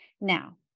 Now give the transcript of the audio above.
Now